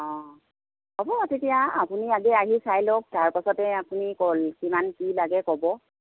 অঁ হ'ব তেতিয়া আপুনি আজি আহি চাই লওক তাৰ পাছতে আপুনি কল কিমান কি লাগে ক'ব